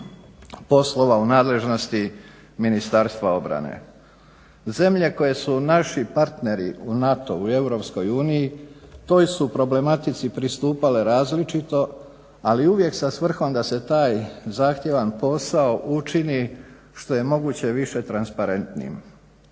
poslova u nadležnosti Ministarstva obrane. Zemlje koje su naši partneri u NATO-u u Europskoj uniji toj su problematici pristupale različito, ali uvijek sa svrhom da se taj zahtjevan posao učini što je moguće više transparentnijim.